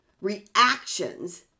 reactions